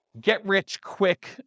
get-rich-quick